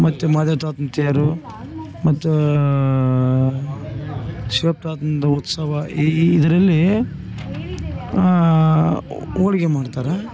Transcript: ಮತ್ತು ಮದೆತಾತುನ ತೇರು ಮತ್ತು ಶಿವಪ್ತಾತಂದ ಉತ್ಸವ ಇದರಲ್ಲಿ ಹೋಳ್ಗೆ ಮಾಡ್ತಾರೆ